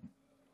שנחטף מביתו,